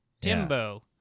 Timbo